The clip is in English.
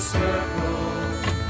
circle